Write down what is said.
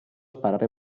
sparare